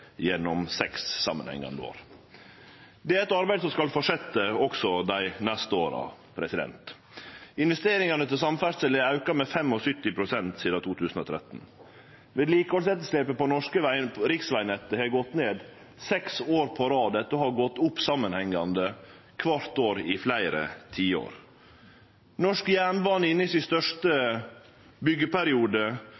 gjennom seks samanhengande år. Det er eit arbeid som skal fortsetje også dei neste åra. Investeringane i samferdsel er auka med 75 pst. sidan 2013. Vedlikehaldsetterslepet på det norske riksvegnettet har gått ned seks år på rad etter å ha gått opp samanhengande kvart år i fleire tiår. Norsk jernbane er inne i sin største